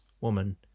woman